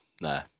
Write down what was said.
No